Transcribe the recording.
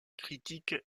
critique